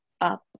up